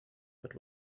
but